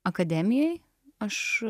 akademijoj aš